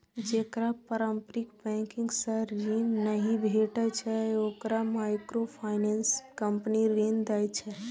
जेकरा पारंपरिक बैंकिंग सं ऋण नहि भेटै छै, ओकरा माइक्रोफाइनेंस कंपनी ऋण दै छै